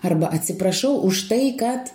arba atsiprašau už tai kad